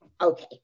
okay